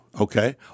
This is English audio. Okay